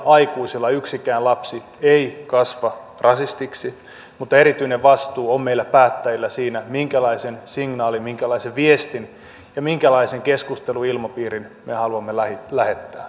yksikään lapsi ei kasva rasistiksi mutta erityinen vastuu on meillä päättäjillä siinä minkälaisen signaalin minkälaisen viestin ja minkälaisen keskusteluilmapiirin me haluamme lähettää